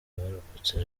abarokotse